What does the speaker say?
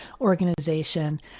organization